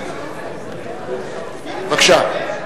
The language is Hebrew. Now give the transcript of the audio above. בבקשה.